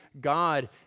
God